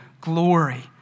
glory